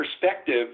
perspective